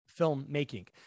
filmmaking